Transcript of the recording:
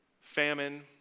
famine